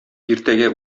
иртәгә